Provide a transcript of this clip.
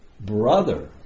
brother